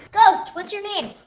ghost, what's your name?